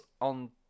on